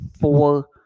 four